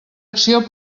acció